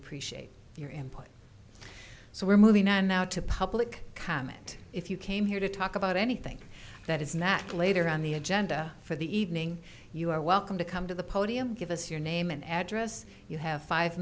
appreciate your input so we're moving on now to public comment if you came here to talk about anything that is not later on the agenda for the evening you are welcome to come to the podium give us your name and address you have five